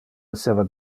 esseva